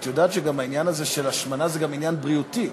את יודעת שהעניין הזה של השמנה הוא גם עניין בריאותי.